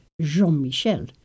Jean-Michel